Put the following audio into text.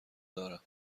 دارم